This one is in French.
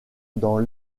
dans